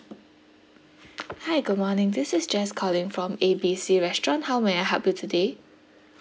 hi good morning this is jess calling from A B C restaurant how may I help you today